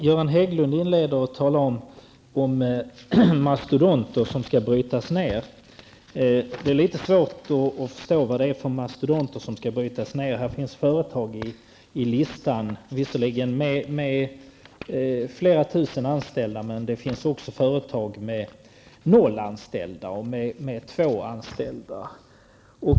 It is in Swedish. Herr talman! I sitt anförande talar Göran Hägglund om mastodonter som skall brytas ned. Det är litet svårt att förstå vilka mastodonter det är. På den upprättade listan finns förvisso företag med flera tusen anställa, men där finns också företag med noll eller bara två anställda.